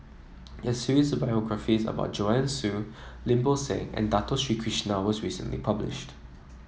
a series of biographies about Joanne Soo Lim Bo Seng and Dato Sri Krishna was recently published